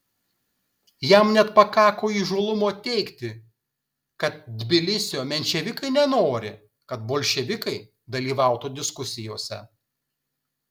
jam net pakako įžūlumo teigti kad tbilisio menševikai nenori kad bolševikai dalyvautų diskusijose